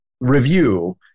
review